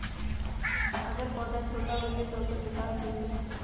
हमर पौधा छोटा छोटा होईया ओकर विकास कईसे होतई?